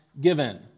given